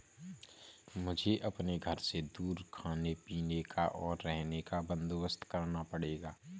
मुझे अपने घर से दूर खाने पीने का, और रहने का बंदोबस्त करना पड़ेगा